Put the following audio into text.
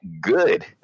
good